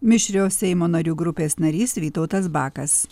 mišrios seimo narių grupės narys vytautas bakas